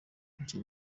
iki